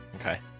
Okay